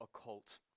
occult